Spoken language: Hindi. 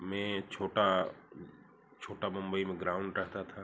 में छोटा छोटा बंबई में ग्राउंड रहता था